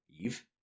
Eve